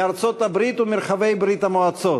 מארצות-הברית ומרחבי ברית-המועצות,